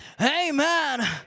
Amen